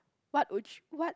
what would you what